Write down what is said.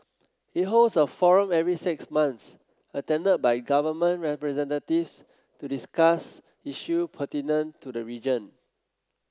it holds a forum every six months attended by government representatives to discuss issue pertinent to the region